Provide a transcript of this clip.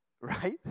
Right